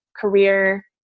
career